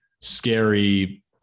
scary